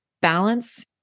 balance